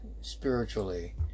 spiritually